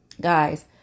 Guys